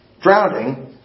drowning